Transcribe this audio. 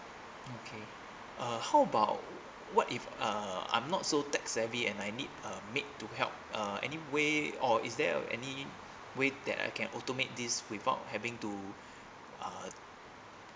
okay uh how about what if uh I'm not so tech savvy and I need uh need to help uh anyway or is there uh any way that I can auto make this without having to uh